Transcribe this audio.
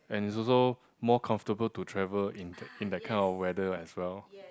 and it's also more comfortable to travel in the in that kind of weather as well